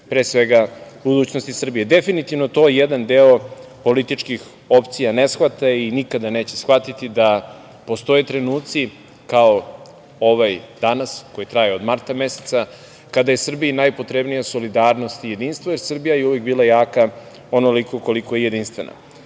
pre svega budućnosti Srbije. Definitivno to je jedan deo političkih opcija koji ne shvata i nikada neće shvatiti da postoje trenuci, kao ovaj danas koji traje od marta meseca, kada je Srbiji najpotrebnija solidarnost i jedinstvo jer Srbija je uvek bila jaka onoliko koliko je jedinstvena. Nezamislivo